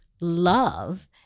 love